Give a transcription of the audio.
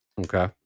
Okay